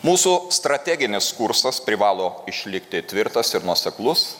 mūsų strateginis kursas privalo išlikti tvirtas ir nuoseklus